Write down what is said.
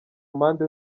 mpande